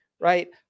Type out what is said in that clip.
right